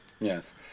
Yes